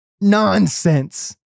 Nonsense